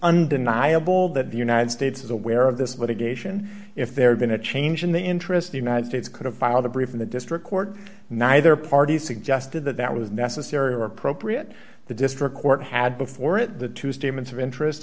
undeniable that the united states is aware of this with a geisha and if there had been a change in the interest the united states could have filed a brief in the district court and neither party suggested that that was necessary or appropriate the district court had before it the two statements of interest